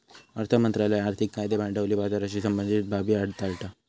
अर्थ मंत्रालय आर्थिक कायदे भांडवली बाजाराशी संबंधीत बाबी हाताळता